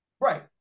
Right